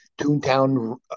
Toontown